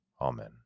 Amen